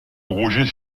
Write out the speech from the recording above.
roger